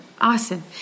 Awesome